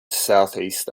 southeast